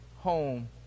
home